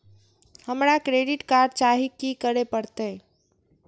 हमरा credit card चाही की करे परतै?